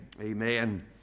Amen